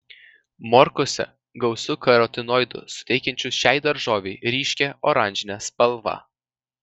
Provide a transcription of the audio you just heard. morkose gausu karotinoidų suteikiančių šiai daržovei ryškią oranžinę spalvą